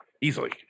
easily